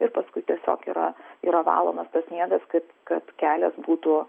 ir paskui tiesiog yra yra valomas tas sniegas kad kad kelias būtų